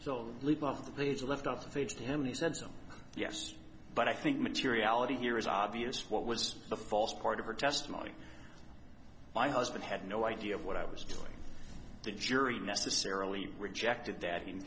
so yes but i think materiality here is obvious what was the false part of her testimony my husband had no idea of what i was doing the jury necessarily rejected that